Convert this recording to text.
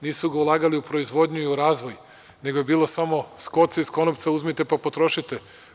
Nisu ga ulagali u proizvodnju i u razvoj, nego je bilo samo s kolca i konopca, uzmite pa potrošite.